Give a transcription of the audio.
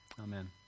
Amen